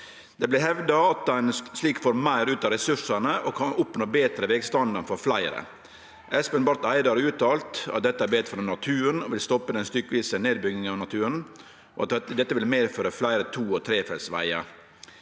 Det blir hevda at ein slik får meir ut av ressursane og kan oppnå betre vegstandard for fleire. Espen Barth Eide har uttalt at dette er betre for naturen og vil stoppe den stykkevise nedbygginga av naturen, og at dette vil medføre fleire to- og trefeltsvegar.